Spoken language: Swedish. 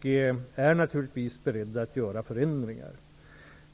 Vi är naturligtvis beredda att göra förändringar.